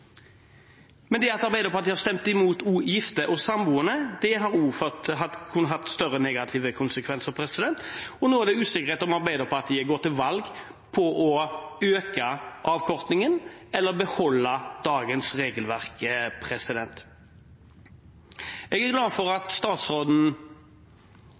Men det at Arbeiderpartiet har stemt imot reduksjon i avkortning for gifte og samboende, kunne hatt større negative konsekvenser. Og nå er det usikkerhet om Arbeiderpartiet går til valg på å øke avkortningen eller beholde dagens regelverk. Jeg er glad for